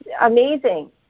amazing